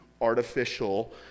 artificial